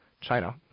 China